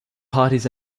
parties